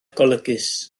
golygus